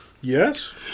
Yes